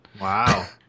Wow